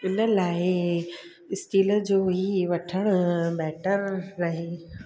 उन लाइ स्टील जो ई वठणु बैटर रहे